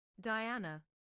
Diana